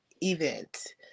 event